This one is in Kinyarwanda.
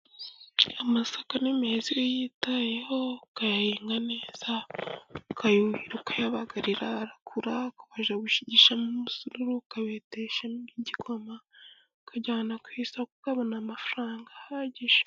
Amasaka n'imeza, iyo uyitayeho ukayahinga neza ukayuhira, ukayabagarira, arakura ukajya gushigisha umusururu, ukabetesha igikoma, ukajyana ku isoko ukabona amafaranga ahagije.